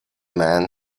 man